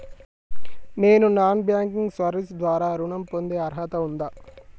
నేను non banking service ద్వారా ఋణం పొందే అర్హత ఉందా?